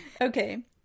Okay